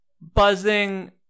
buzzing